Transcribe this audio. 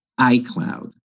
iCloud